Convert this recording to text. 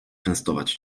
częstować